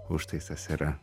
užtaisas yra